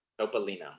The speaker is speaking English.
Topolino